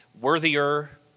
worthier